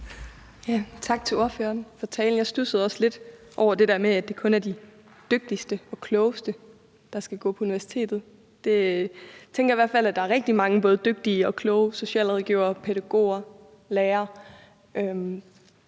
Tak til ordføreren for talen. Jeg studsede også lidt over det der med, at det kun er de dygtigste og klogeste, der skal gå på universitetet. Jeg tænker i hvert fald, at der er rigtig mange både dygtige og kloge socialrådgivere, pædagoger, lærere